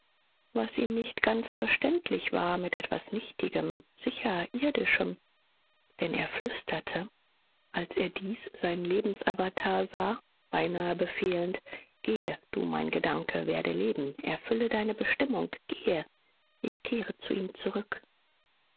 was ihm nicht ganz verständlich war mit etwas nichtigem sicher irdischem denn er flüsterte als er dies sein lebens awatar sah beinahe befehlend gehe du mein gedanke werde leben erfülle deine bestimmung gehe ich kehre zu ihm zurück